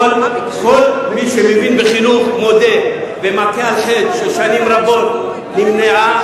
כל מי שמבין בחינוך מודה ומכה על חטא ששנים רבות נמנעה